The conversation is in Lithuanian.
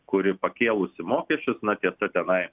kuri pakėlusi mokesčius na tiesa tenai